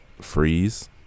freeze